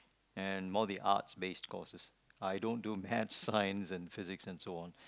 and more the Arts based courses I don't do Math science and Physic and so on